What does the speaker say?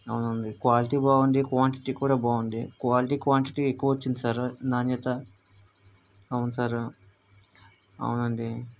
అవునండి క్వాలిటీ బాగుంది క్వాంటిటీ కూడా బాగుంది క్వాలిటీ క్వాంటిటీ ఎక్కువ వచ్చింది సార్ నాణ్యత అవును సార్ అవునండి